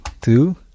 two